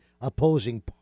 opposing